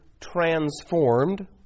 transformed